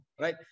right